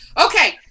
okay